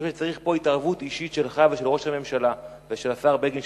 אני חושב שצריך פה התערבות אישית שלך ושל ראש הממשלה ושל השר בגין,